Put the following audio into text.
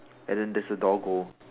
and then there is a doggo